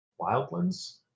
Wildlands